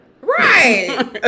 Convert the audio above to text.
Right